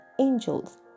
angels